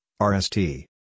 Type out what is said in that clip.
RST